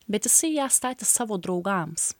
bet jisai ją statė savo draugams